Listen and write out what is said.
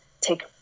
take